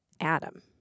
Adam